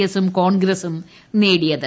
S ഉം കോൺഗ്രസും നേടിയത്